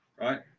right